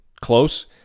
close